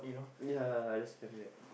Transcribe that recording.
ya that's standard